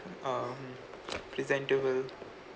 um presentable